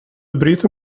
bryter